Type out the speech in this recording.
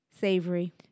Savory